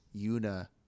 una